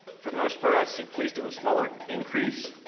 for the most part, i'd say please do a smaller increase,